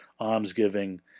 almsgiving